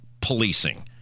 policing